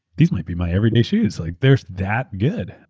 these might be my everyday shoes. like they're that good.